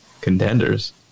contenders